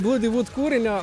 bludivūt kūrinio